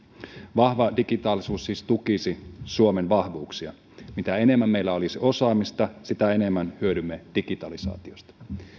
vahva digitaalisuus siis tukisi suomen vahvuuksia mitä enemmän meillä olisi osaamista sitä enemmän hyödymme digitalisaatiosta